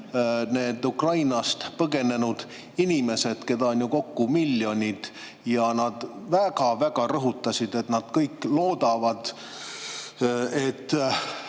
Ukrainast põgenenud inimesed, keda on ju kokku miljoneid. [Ukrainlased] väga-väga rõhutasid, et nad kõik loodavad, et